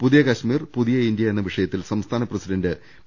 പുതിയ കശ്മീർ പുതിയ ഇന്ത്യ എന്ന വിഷയത്തിൽ സംസ്ഥാന പ്രസിഡന്റ് പി